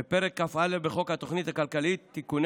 בפרק כ"א בחוק התוכנית הכלכלית (תיקוני